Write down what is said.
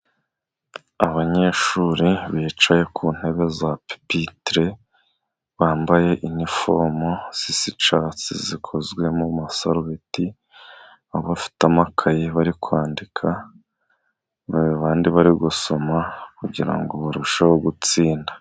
Abanyeshuri bicaye ku ntebe za pipitire，bambaye inifomu zisa icyatsi，zikozwe mu masarobeti， abafite amakaye bari kwandika， abandi bari gusoma kugira ngo barusheho gutsinda.